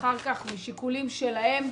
ואחר כך משיקולים שלהם,